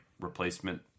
replacement